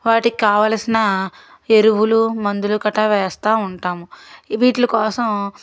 వాటికి కావలసిన ఎరువులు మందులు గట్రా వేస్తూ ఉంటాము వీటి కోసం